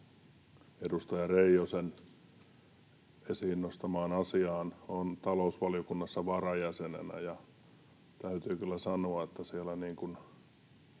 edustaja Reijosen esiin nostamaan asiaan, että olen talousvaliokunnassa varajäsenenä, ja täytyy kyllä sanoa, että siellä